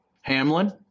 Hamlin